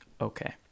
Okay